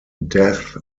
death